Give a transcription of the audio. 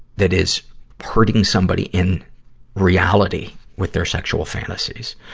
that is hurting somebody in reality with their sexual fantasies.